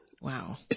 Wow